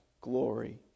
glory